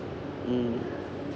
mm